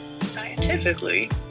scientifically